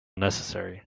necessary